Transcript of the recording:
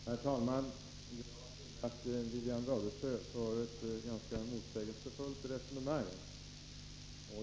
Herr talman! Jag finner att Wivi-Anne Radesjö för ett ganska motsägelsefullt resonemang.